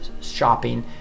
shopping